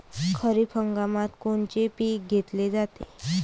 खरिप हंगामात कोनचे पिकं घेतले जाते?